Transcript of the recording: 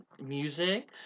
music